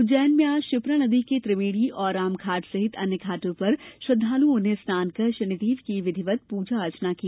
उज्जैन में आज क्षिप्रा नदी के त्रिवेणी और रामघाट सहित अन्य घाटों पर श्रद्वालुओं ने स्नान कर शनिदेव की विधिवत पूजा अर्चना की